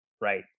right